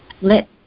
Let